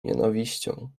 nienawiścią